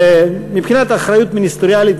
מבחינת אחריות מיניסטריאלית